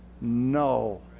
no